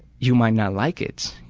you might not like it.